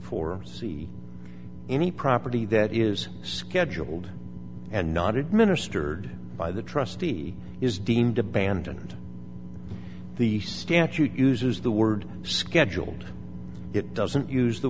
four see any property that is scheduled and not administered by the trustee is deemed abandoned the statute uses the word scheduled it doesn't use the